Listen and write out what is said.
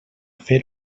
fer